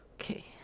Okay